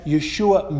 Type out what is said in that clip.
Yeshua